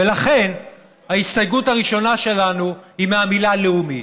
ולכן ההסתייגות הראשונה שלנו היא מהמילה "לאומית",